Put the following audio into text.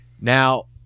Now